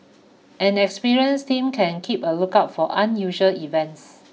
an experienced team can keep a lookout for unusual events